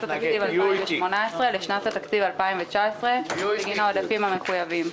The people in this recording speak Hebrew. התקציב 2018 לשנת התקציב 2019 מן העודפים המחויבים.